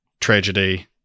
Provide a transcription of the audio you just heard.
tragedy